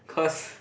cause